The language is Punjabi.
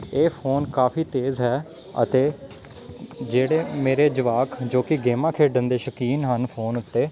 ਇਹ ਫੋਨ ਕਾਫੀ ਤੇਜ਼ ਹੈ ਅਤੇ ਜਿਹੜੇ ਮੇਰੇ ਜਵਾਕ ਜੋ ਕਿ ਗੇਮਾਂ ਖੇਡਣ ਦੇ ਸ਼ੌਕੀਨ ਹਨ ਫੋਨ ਉੱਤੇ